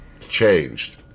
changed